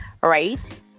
right